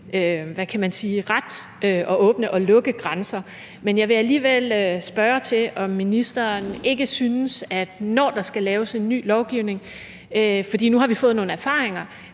ret at åbne og lukke grænser, men jeg vil alligevel spørge til, om ministeren ikke synes, at når der skal laves en ny lovgivning, så skal man også, for nu har vi fået nogle erfaringer,